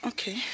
Okay